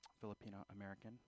Filipino-American